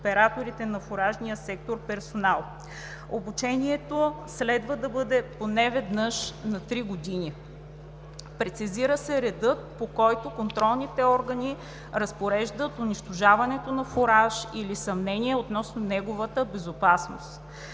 операторите във фуражния сектор персонал. Обучението следва да бъде поне веднъж на три години. Прецизира се редът, по който контролните органи разпореждат унищожаването на фураж при съмнение относно неговата безопасност.